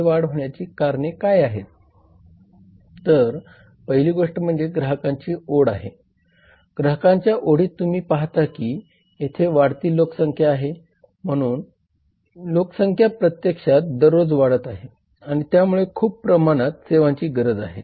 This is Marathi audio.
तर हे व्यावसायिक वातावरणाचे चित्र आहे आपण आपली कंपनी यथे मध्यभागी पाहू शकतो आणि मग आपल्याकडे सूक्ष्म वातावरण आहे ज्यामध्ये कंपनी कार्यरत आहे